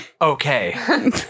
okay